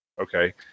okay